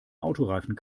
autoreifen